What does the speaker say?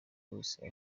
wese